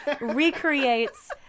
recreates